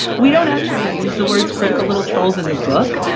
we don't actually use the words critical little trolls in the book,